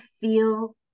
feel